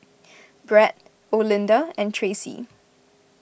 Brett Olinda and Tracee